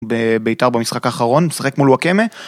ביתר במשחק האחרון, נשחק מול וואקמא.